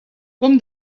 com